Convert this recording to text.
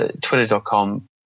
twitter.com